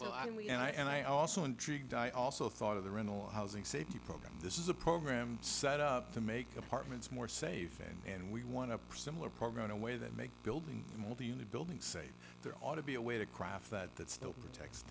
we and i and i also intrigued i also thought of the rental housing safety program this is a program set up to make apartments more safe and we want to pursue more program in a way that makes building multi unit building say there ought to be a way to craft that that still prote